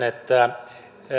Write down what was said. että